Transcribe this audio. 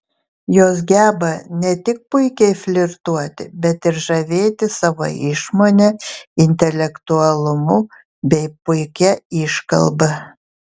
jos geba ne tik puikiai flirtuoti bet ir žavėti sava išmone intelektualumu bei puikia iškalba